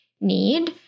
need